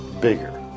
bigger